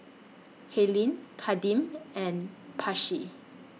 Helyn Kadeem and Paisley